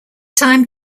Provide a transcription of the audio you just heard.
time